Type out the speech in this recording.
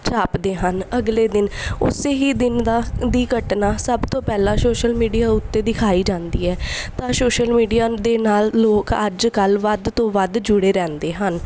ਛਾਪਦੇ ਹਨ ਅਗਲੇ ਦਿਨ ਉਸ ਹੀ ਦਿਨ ਦਾ ਦੀ ਘਟਨਾ ਸਭ ਤੋਂ ਪਹਿਲਾਂ ਸੋਸ਼ਲ ਮੀਡੀਆ ਉੱਤੇ ਦਿਖਾਈ ਜਾਂਦੀ ਹੈ ਤਾਂ ਸੋਸ਼ਲ ਮੀਡੀਆ ਦੇ ਨਾਲ ਲੋਕ ਅੱਜ ਕੱਲ੍ਹ ਵੱਧ ਤੋਂ ਵੱਧ ਜੁੜੇ ਰਹਿੰਦੇ ਹਨ